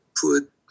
put